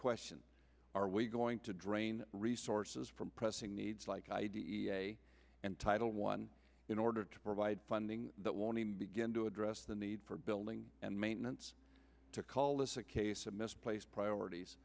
question are we going to drain resources from pressing needs like i d e a and title one in order to provide funding that won't even begin to address the need for building and maintenance to call this a case of misplaced priorities